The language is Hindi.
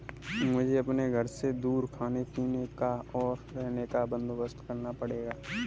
मुझे अपने घर से दूर खाने पीने का, और रहने का बंदोबस्त करना पड़ेगा